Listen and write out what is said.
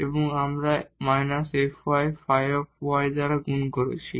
এবং আমরা −fy ϕy দ্বারা গুণ করেছি